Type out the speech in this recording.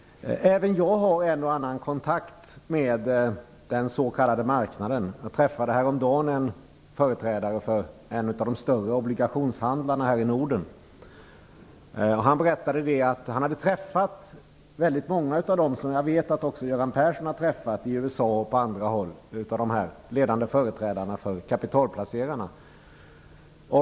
Även jag har en och annan kontakt med den s.k. marknaden. Jag träffade häromdagen en företrädare för en av de större obligationshandlarna här i Norden. Han berättade att han hade träffat många av de ledande företrädare för kapitalplacerarna som jag vet att också Göran Persson har träffat i USA och på andra håll.